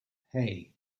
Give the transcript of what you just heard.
hey